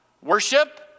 worship